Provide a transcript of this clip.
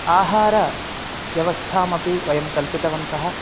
आहारव्यवस्थामपि वयं कल्पितवन्तः